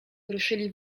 ruszyli